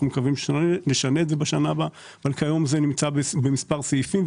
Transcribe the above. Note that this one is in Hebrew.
אנחנו מקווים שנשנה את זה בשנה הבאה אבל כיום זה מופיע במספר סעיפים.